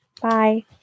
Bye